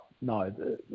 no